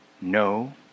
No